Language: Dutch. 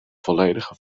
volledige